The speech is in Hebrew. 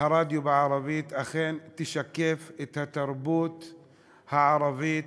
שהרדיו בערבית אכן ישקף את התרבות הערבית,